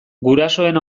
gurasoen